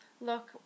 look